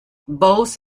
bose